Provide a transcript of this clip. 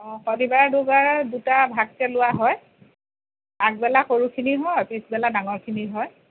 অঁ শনিবাৰে দুবাৰ দুটা ভাগকে লোৱা হয় আগবেলা সৰুখিনিৰ হয় পিছবেলা ডাঙৰ খিনিৰ হয়